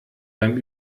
beim